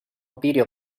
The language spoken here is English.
video